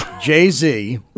Jay-Z